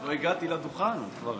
לא הגעתי לדוכן, את כבר